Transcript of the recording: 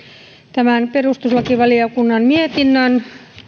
tämän perustuslakivaliokunnan mietinnön